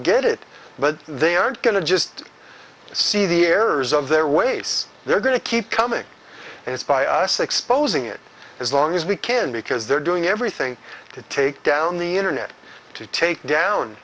get it but they aren't going to just see the errors of their ways they're going to keep coming and it's by us exposing it as long as we can because they're doing everything to take down the internet to take down